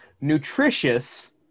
Nutritious